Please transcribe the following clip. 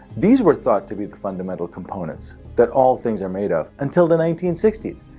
these were thought to be the fundamental components that all things are made of, until the nineteen sixty s,